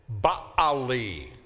Ba'ali